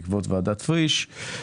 בעקבות ועדת פריש,